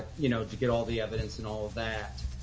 you know, to get all the evidence and all of that.